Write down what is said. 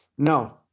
No